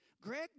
Greg